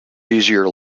easier